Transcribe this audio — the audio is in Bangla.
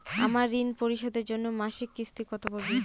আমার ঋণ পরিশোধের জন্য মাসিক কিস্তি কত পড়বে?